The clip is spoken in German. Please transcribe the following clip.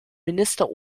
minister